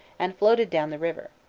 and floated down the river.